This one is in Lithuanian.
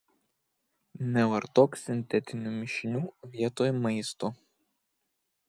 nevartok sintetinių mišinių vietoj maisto